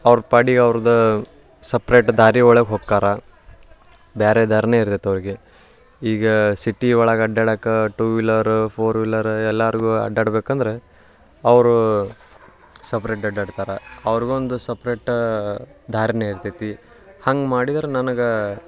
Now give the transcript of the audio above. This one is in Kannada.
ಅವ್ರ ಪಾಡಿಗೆ ಅವ್ರ್ದೇ ಸಪ್ರೇಟ್ ದಾರಿ ಒಳಗೆ ಹೊಕ್ಕಾರೆ ಬೇರೆ ದಾರಿನೇ ಇರ್ತೈತೆ ಅವ್ರಿಗೆ ಈಗ ಸಿಟಿ ಒಳಗೆ ಅಡ್ಡಾಡಕ್ಕೆ ಟೂ ವೀಲರು ಫೋರ್ ವೀಲರು ಎಲ್ಲರ್ಗೂ ಅಡ್ಡಾಡಬೇಕಂದ್ರೆ ಅವರು ಸಪ್ರೇಟ್ ಅಡ್ಡಾಡ್ತಾರೆ ಅವ್ರ್ಗೊಂದು ಸಪ್ರೇಟ ದಾರಿನೇ ಇರ್ತೈತಿ ಹಂಗೆ ಮಾಡಿದ್ರೆ ನನಗೆ